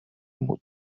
mood